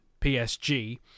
PSG